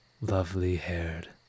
lovely-haired